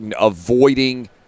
avoiding